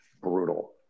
brutal